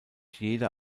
jeder